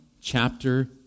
chapter